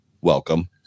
welcome